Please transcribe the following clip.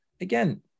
again